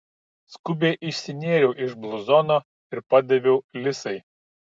skubiai išsinėriau iš bluzono ir padaviau lisai